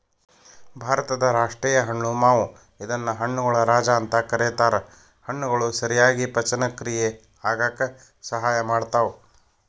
ಭಾರತದ ರಾಷ್ಟೇಯ ಹಣ್ಣು ಮಾವು ಇದನ್ನ ಹಣ್ಣುಗಳ ರಾಜ ಅಂತ ಕರೇತಾರ, ಹಣ್ಣುಗಳು ಸರಿಯಾಗಿ ಪಚನಕ್ರಿಯೆ ಆಗಾಕ ಸಹಾಯ ಮಾಡ್ತಾವ